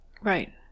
Right